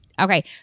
Okay